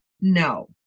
No